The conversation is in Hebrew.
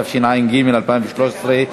התשע"ג 2013,